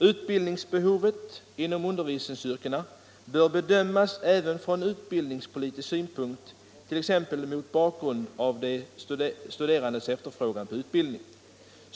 Utbildningsbehovet inom undervisningsyrkena bör bedömas även från utbildningspolitisk synpunkt, t.ex. mot bakgrund av de studerandes efterfrågan på utbildning.